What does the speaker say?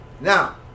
Now